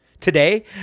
Today